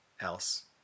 else